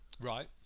Right